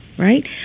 Right